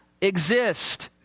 exist